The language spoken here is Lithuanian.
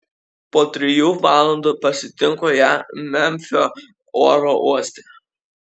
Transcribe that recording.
po trijų valandų pasitinku ją memfio oro uoste